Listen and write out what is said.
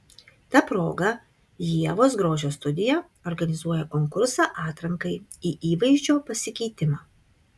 ta proga ievos grožio studija organizuoja konkursą atrankai į įvaizdžio pasikeitimą